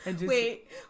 Wait